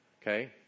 Okay